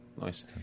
nice